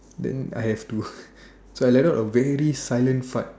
then I have to so I let out a very silent fart